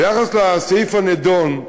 ביחס לסעיף הנדון,